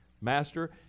Master